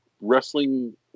wrestling